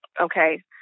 okay